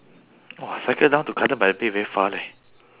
!wah! cycle down to garden by the bay very far leh